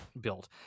built